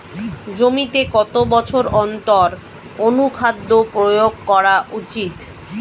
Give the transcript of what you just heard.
জমিতে কত বছর অন্তর অনুখাদ্য প্রয়োগ করা উচিৎ?